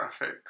graphics